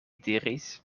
diris